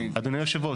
אדוני יושב הראש,